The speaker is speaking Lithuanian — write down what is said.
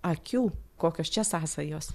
akių kokios čia sąsajos